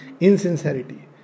insincerity